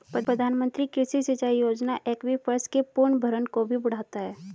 प्रधानमंत्री कृषि सिंचाई योजना एक्वीफर्स के पुनर्भरण को भी बढ़ाता है